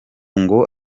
ngo